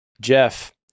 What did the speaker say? Jeff